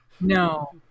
No